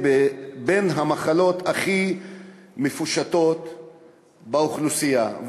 בין המחלות הכי מפושטות באוכלוסייה,